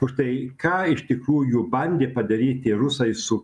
už tai ką iš tikrųjų bandė padaryti rusai su